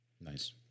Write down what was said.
Nice